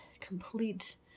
complete